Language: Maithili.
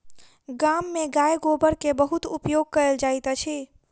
गाम में गाय गोबर के बहुत उपयोग कयल जाइत अछि